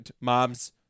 moms